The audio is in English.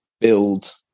build